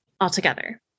altogether